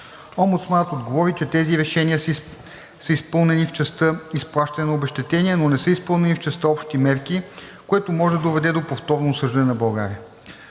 Омбудсманът отговори, че тези решения са изпълнени в частта изплащане на обезщетения, но не са изпълнени в частта общи мерки, което може да доведе до повторно осъждане на България.